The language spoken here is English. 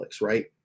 right